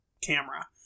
camera